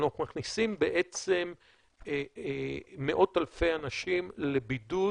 אנחנו מכניסים בעצם מאות אלפי אנשים לבידוד,